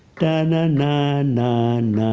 da na na na na